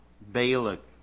Balak